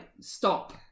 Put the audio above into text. stop